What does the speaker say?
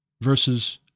versus